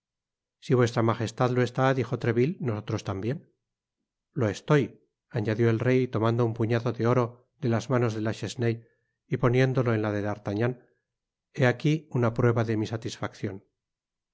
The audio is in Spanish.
si vuestra magestad lo está dijo treville nosotros tambien lo estoy añadió el rey tomando un puñado de oro de manos de la chesnaye y poniéndolo en la de d'artagnan he aqui una prueba de mi satisfaccion